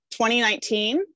2019